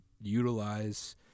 utilize